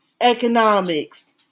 economics